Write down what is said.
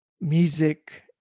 music